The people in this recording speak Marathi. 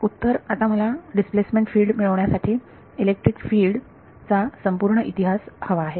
उत्तर आता मला डिस्प्लेसमेंट फील्ड मिळवण्यासाठी इलेक्ट्रिक फील्ड चा संपूर्ण इतिहास हवा आहे